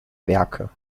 werke